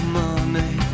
money